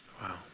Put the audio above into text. Wow